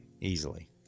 easily